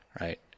right